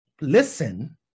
listen